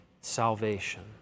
salvation